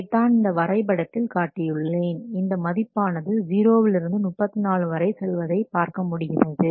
இதைத்தான் இந்த வரைபடத்தில் காட்டியுள்ளேன் இந்த மதிப்பானது 0 இருந்து 34 வரை செல்வதை பார்க்க முடிகிறது